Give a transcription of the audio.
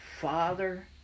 Father